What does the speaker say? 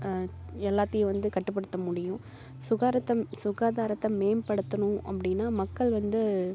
எல்லாத்தையும் வந்து கட்டுப்படுத்த முடியும் சுகாரதம் சுகாதாரத்தை மேம்படுத்தணும் அப்படின்னா மக்கள் வந்து